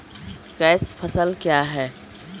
Cash फसल क्या हैं?